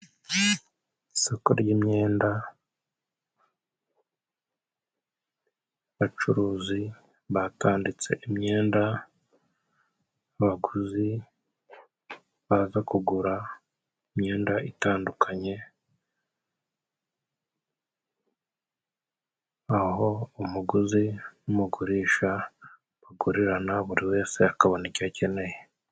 Isoko ry'imyenda, abacuruzi batanditse imyenda. Abaguzi baza kugura imyenda itandukanye, aho umuguzi n'umugurisha bagurirana buri wese akabona icyo akeneye.